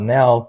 now